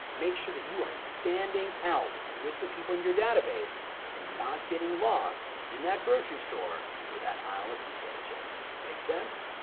make sure that you are standing out with the people in your database and not getting lost in that grocery store with that aisle of potato chips. make sense?